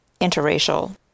interracial